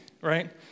right